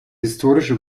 historische